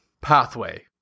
pathway